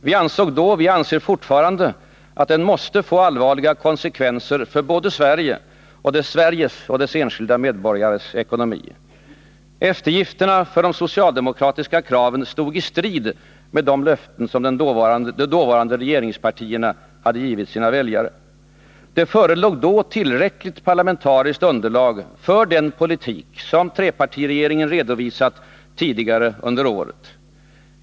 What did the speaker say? Vi ansåg då — och anser fortfarande — att den måste få allvarliga konsekvenser för både Sveriges och dess enskilda medborgares ekonomi. Eftergifterna för de socialdemokratiska kraven stod i strid med de löften som de dåvarande regeringspartierna hade givit sina väljare. Det förelåg då tillräckligt parlamentariskt underlag för den politik som trepartiregeringen redovisat tidigare under året.